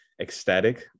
ecstatic